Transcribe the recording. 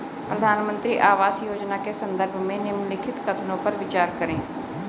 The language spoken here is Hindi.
प्रधानमंत्री आवास योजना के संदर्भ में निम्नलिखित कथनों पर विचार करें?